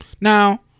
Now